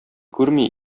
күрми